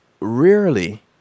Rarely